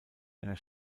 einer